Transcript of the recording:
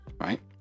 right